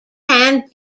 can